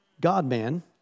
God-man